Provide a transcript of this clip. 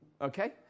Okay